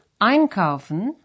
Einkaufen